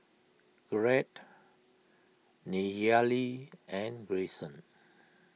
Gregg Nayely and Greyson